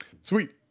Sweet